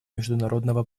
международного